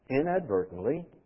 inadvertently